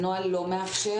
הנוהל לא מאפשר.